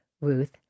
Ruth